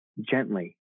gently